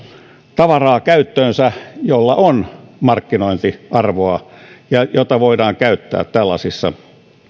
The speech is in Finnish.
tavaraa käyttöönsä jolla on markkinointiarvoa ja jota voidaan käyttää tällaisissa